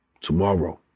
tomorrow